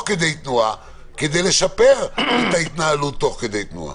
כדי תנועה כדי לשפר את ההתנהלות תוך כדי תנועה.